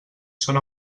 són